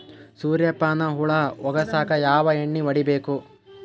ಸುರ್ಯಪಾನ ಹುಳ ಹೊಗಸಕ ಯಾವ ಎಣ್ಣೆ ಹೊಡಿಬೇಕು?